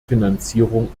finanzierung